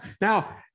Now